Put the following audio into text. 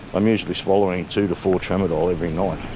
i'm usually swallowing two to four tramadol every night.